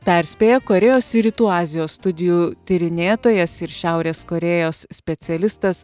perspėja korėjos ir rytų azijos studijų tyrinėtojas ir šiaurės korėjos specialistas